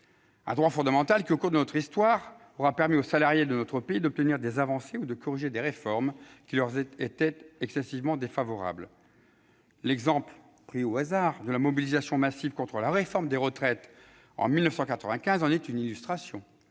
Ce droit fondamental, au cours de notre histoire, aura permis aux salariés de notre pays d'obtenir des avancées ou de corriger des réformes qui leur étaient excessivement défavorables. L'exemple, pris au hasard, de la mobilisation massive contre la réforme des retraites en 1995 le montre bien,